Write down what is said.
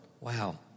Wow